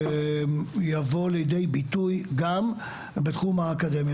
יבוא לידי ביטוי גם בתחום האקדמי.